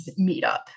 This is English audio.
meetup